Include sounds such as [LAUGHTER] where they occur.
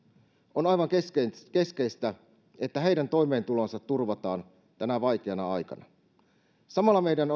on aivan keskeistä että heidän toimeentulonsa turvataan tänä vaikeana aikana samalla meidän on [UNINTELLIGIBLE]